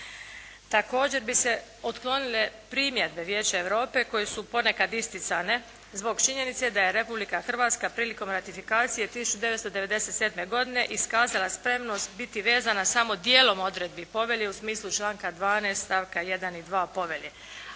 Također bi se otklonile primjedbe Vijeća Europe koje su ponekad isticane zbog činjenice da je Republika Hrvatska prilikom ratifikacije 1997. godine iskazala spremnost biti vezana samo dijelom odredbi povelje u smislu članka 12. stavka 1. i 2. povelje.